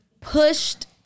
pushed